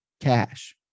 cash